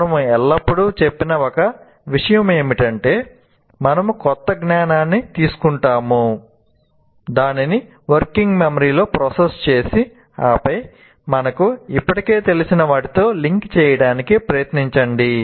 మనము ఎల్లప్పుడూ చెప్పిన ఒక విషయం ఏమిటంటే మనము క్రొత్త జ్ఞానాన్ని తీసుకుంటాము దానిని వర్కింగ్ మెమరీ లో ప్రాసెస్ చేసి ఆపై మనకు ఇప్పటికే తెలిసిన వాటితో లింక్ చేయడానికి ప్రయత్నించండి